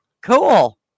cool